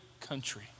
country